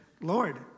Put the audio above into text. Lord